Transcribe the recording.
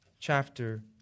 chapter